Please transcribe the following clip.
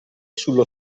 sullo